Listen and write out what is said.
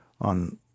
on